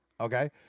Okay